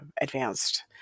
advanced